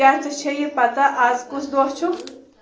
کیٛاہ ژےٚ چھےٚ یہِ پتہ آز کُس دۄہ چھُ